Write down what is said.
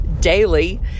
daily